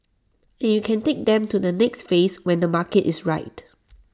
and you can take them to the next phase when the market is right